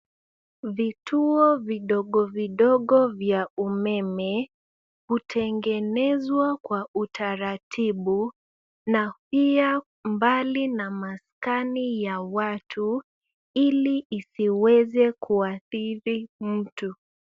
Vituo vidogo vidogo vya umeme, hutengenezwa kwa utaratibu na pia mbali na maskani ya watu, ili isiweze kuathiri mtu.